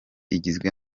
igizwe